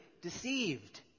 deceived